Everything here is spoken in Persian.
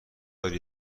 داری